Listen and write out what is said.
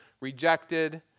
rejected